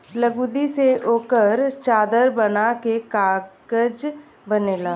लुगदी से ओकर चादर बना के कागज बनेला